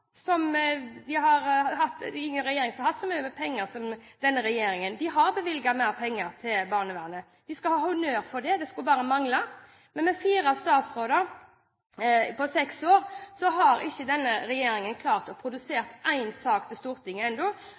regjeringen. De har bevilget mer penger til barnevernet, og de skal ha honnør for det. Det skulle bare mangle. Men med fire statsråder på seks år, har ikke denne regjeringen klart å produsere én sak til Stortinget